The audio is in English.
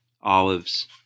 olives